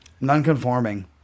Non-conforming